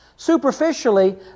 Superficially